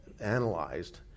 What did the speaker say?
analyzed